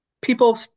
people